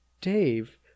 Dave